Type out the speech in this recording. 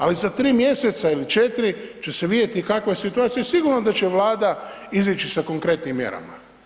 Ali za 3 mj. ili 4 će se vidjeti kakva je situacija i sigurno da će Vlada izići sa konkretnim mjerama.